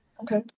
Okay